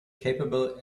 capable